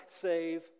save